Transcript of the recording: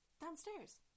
Downstairs